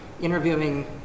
interviewing